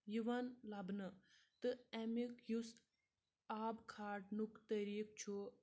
یِوان لَبنہٕ تہٕ اَمیُٚک یُس آب کھالنُک طریٖق چھُ